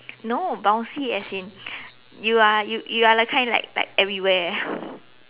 no bouncy as in you are you you are the kind like like everywhere